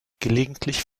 gelegentlich